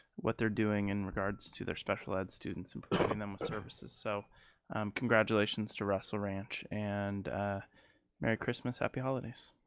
what they're doing in regards to their special ed students and services. so congratulations to russell ranch and merry christmas. happy holidays.